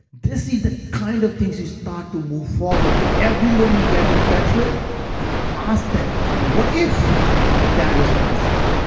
this is the kind of things you start to move forward with. everyone you get in touch with you ask them, what if that was possible?